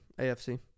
AFC